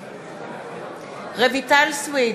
בעד רויטל סויד,